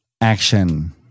Action